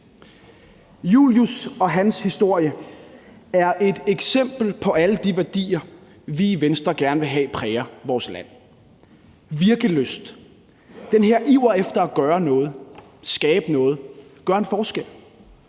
Julius og hans historie er et eksempel på alle de værdier, vi i Venstre gerne vil have præger vores land: virkelysten, den her iver efter at gøre noget, skabe noget, gøre en forskel;